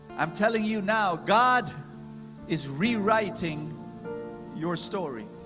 i'm telling you now. god is rewriting your story.